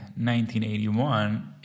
1981